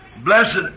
Blessed